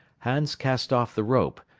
hans cast off the rope,